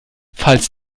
falls